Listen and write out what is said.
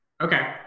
Okay